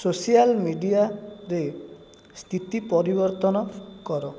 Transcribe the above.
social media ରେ ସ୍ଥିତି ପରିବର୍ତ୍ତନ କର